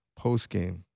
postgame